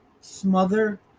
smother